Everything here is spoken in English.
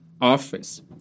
office